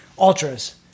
ultras